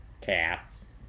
Cats